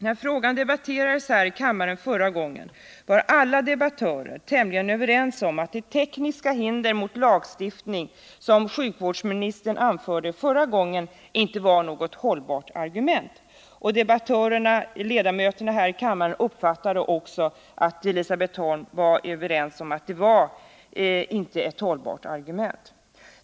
När frågan debatterades här i kammaren förra gången var alla debattörer tämligen överens om att de tekniska hinder mot lagstiftning som sjukvårdsministern anförde inte var något hållbart argument. Vi som debatterade här i kammaren uppfattade också att Elisabet Holm var överens med oss om att det inte var ett hållbart argument.